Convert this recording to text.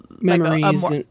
memories